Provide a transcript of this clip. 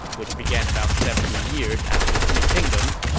which began about seventy years after the three kingdoms,